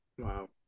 Wow